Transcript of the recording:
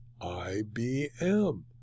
IBM